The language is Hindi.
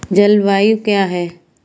जलवायु क्या है?